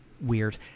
Weird